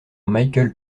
michael